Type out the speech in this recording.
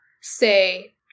say